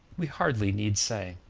we hardly need say.